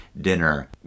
dinner